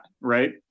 right